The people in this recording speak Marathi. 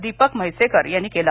दिपक म्हैसेकर यांनी केलं